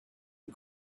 and